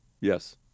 Yes